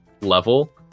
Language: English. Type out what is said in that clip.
level